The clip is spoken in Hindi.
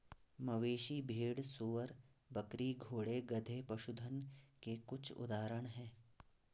मवेशी, भेड़, सूअर, बकरी, घोड़े, गधे, पशुधन के कुछ उदाहरण हैं